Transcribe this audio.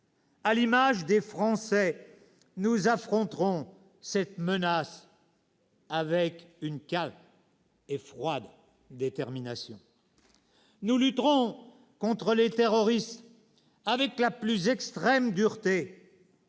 À l'image des Français, nous affronterons cette menace avec une calme et froide détermination. « Nous lutterons contre les terroristes avec la plus extrême dureté,